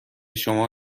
شما